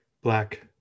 black